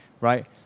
right